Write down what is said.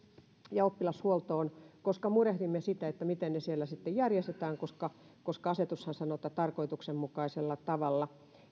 ja oppilashuoltoon koska murehdimme sitä että miten ne järjestetään koska koska asetushan sanoo että tarkoituksenmukaisella tavalla